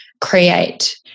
create